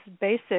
basic